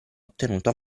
ottenuto